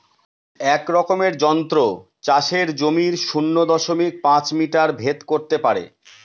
এক রকমের যন্ত্র চাষের জমির শূন্য দশমিক পাঁচ মিটার ভেদ করত পারে